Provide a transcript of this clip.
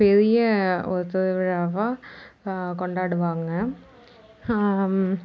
பெரிய ஒரு திருவிழாவாக கொண்டாடுவாங்க